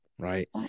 Right